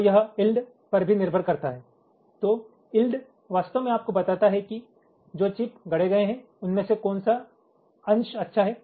तो यह इल्ड पर भी निर्भर करता है तो इल्ड वास्तव में आपको बताता है कि जो चिप्स गढ़े गए हैं उनमें से कौन सा अंश अच्छा है